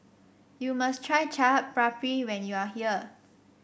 you must try Chaat Papri when you are here